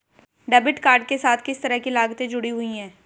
Debit card के साथ किस तरह की लागतें जुड़ी हुई हैं?